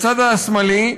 בצד השמאלי,